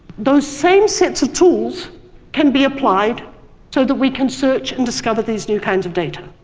those same sets of tools can be applied so that we can search and discover these new kinds of data.